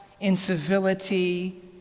incivility